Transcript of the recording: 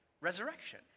resurrection